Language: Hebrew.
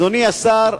אדוני השר,